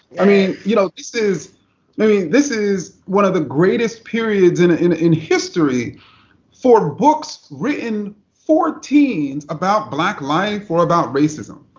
i mean you know this is i mean this is one of the greatest periods in in history for books written for teens about black life or about racism.